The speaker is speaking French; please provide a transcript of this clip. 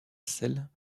selle